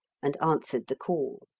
and answered the call.